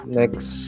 next